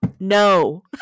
No